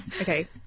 Okay